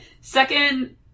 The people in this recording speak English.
second